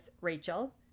Rachel